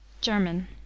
German